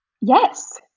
Yes